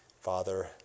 Father